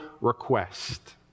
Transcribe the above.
request